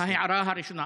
זאת ההערה הראשונה.